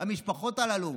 המשפחות הללו,